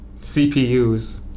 CPUs